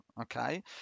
okay